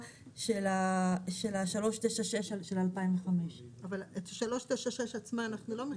של ה-396 של 2005. אבל את ה-396 עצמה אנחנו לא מחילים?